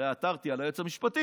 הרי עתרתי על היועץ המשפטי,